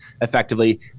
effectively